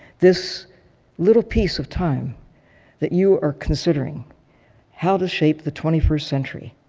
this little piece of time that you are considering how to shape the twenty first century,